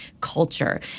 culture